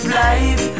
life